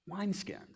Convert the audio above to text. wineskins